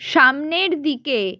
সামনের দিকে